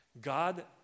God